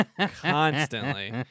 constantly